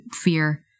fear